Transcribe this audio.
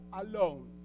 alone